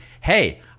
hey